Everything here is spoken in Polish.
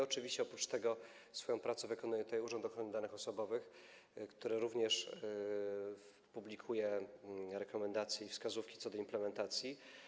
Oczywiście oprócz tego swoją pracę wykonuje tutaj Urząd Ochrony Danych Osobowych, który również publikuje rekomendacje i wskazówki co do implementacji.